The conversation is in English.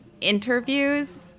interviews